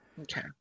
okay